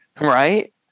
right